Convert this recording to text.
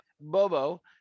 Bobo